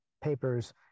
papers